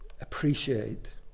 appreciate